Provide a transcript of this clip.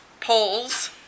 poles